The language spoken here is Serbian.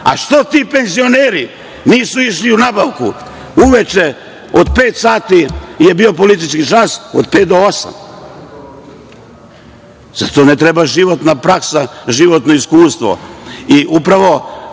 Što ti penzioneri nisu išli u nabavku uveče od pet sati je bio policijski čas, od pet do osam, zato nam treba životna praksa, životno iskustvo. Upravo